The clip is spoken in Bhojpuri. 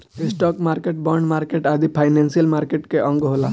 स्टॉक मार्केट, बॉन्ड मार्केट आदि फाइनेंशियल मार्केट के अंग होला